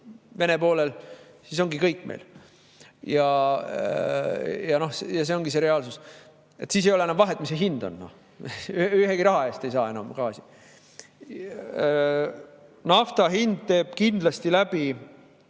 Vene poolel, siis ongi kõik. Ja see ongi see reaalsus. Siis ei ole enam vahet, mis see hind on, ühegi raha eest ei saa enam gaasi. Nafta hind teeb kindlasti läbi